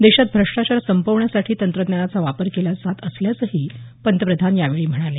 देशात भ्रष्टाचार संपवण्यासाठी तंत्रज्ञानाचा वापर केला जात असल्याचंही पंतप्रधान यावेळी म्हणाले